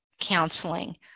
counseling